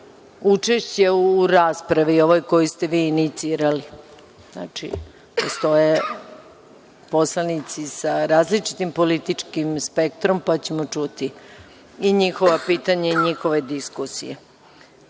učešće u raspravi koju ste vi inicirali. Znači, postoje poslanici sa različitim političkim spektrom, pa ćemo čuti njihova pitanja i njihove diskusije. Reč